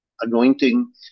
anointing